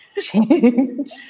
change